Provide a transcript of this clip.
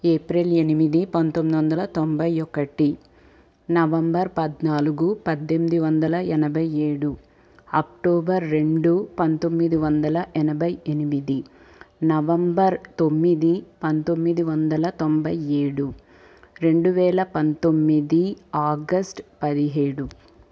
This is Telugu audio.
ఏప్రిల్ ఎనిమిది పంతొమ్మిది వందల తొంభై ఒకటి నవంబర్ పద్నాలుగు పద్దెనిమిది వందల ఎనభై ఏడు అక్టోబర్ రెండు పందొమ్మిది వందల ఎనభై ఎనిమిది నవంబర్ తొమ్మిది పంతొమ్మిది వందల తొంభై ఏడు రెండువేల పంతొమ్మిది ఆగస్టు పదిహేడు